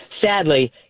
Sadly